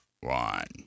one